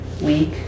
week